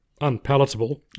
unpalatable